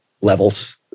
levels